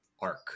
arc